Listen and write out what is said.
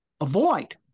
avoid